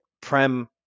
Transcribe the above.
Prem